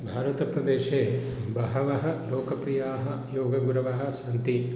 भारतप्रदेशे बहवः लोकप्रियाः योगगुरवः सन्ति